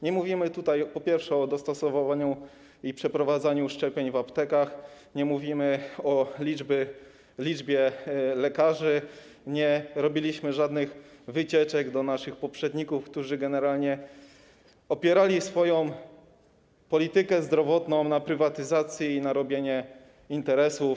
Nie mówimy tutaj, po pierwsze, o dostosowywaniu i przeprowadzaniu szczepień w aptekach, nie mówimy o liczbie lekarzy, nie robiliśmy żadnych wycieczek pod adresem naszych poprzedników, którzy generalnie opierali swoją politykę zdrowotną na prywatyzacji, na robieniu interesów.